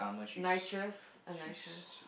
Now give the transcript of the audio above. nitrous a nitrous